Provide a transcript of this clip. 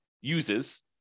uses